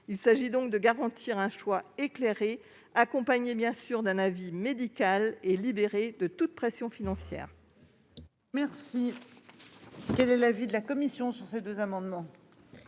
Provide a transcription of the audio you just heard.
Il s'agit donc de garantir un choix éclairé, accompagné bien sûr d'un avis médical, et libéré de toute pression financière. Quel est l'avis de la commission ? L'amendement